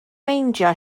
meindio